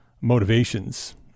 motivations